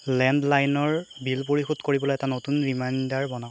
লেণ্ডলাইনৰ বিল পৰিশোধ কৰিবলৈ এটা নতুন ৰিমাইণ্ডাৰ বনাওক